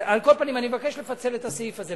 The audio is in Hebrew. על כל פנים, אני מבקש לפצל את הסעיף הזה.